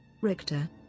Richter